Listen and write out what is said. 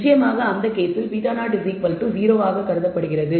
நிச்சயமாக அந்த கேஸில் β00 என்று கருதப்படுகிறது